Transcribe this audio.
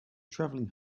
travelling